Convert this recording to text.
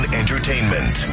entertainment